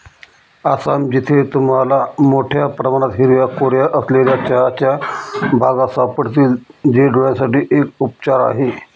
आसाम, जिथे तुम्हाला मोठया प्रमाणात हिरव्या कोऱ्या असलेल्या चहाच्या बागा सापडतील, जे डोळयांसाठी एक उपचार आहे